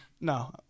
No